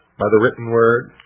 by the written word,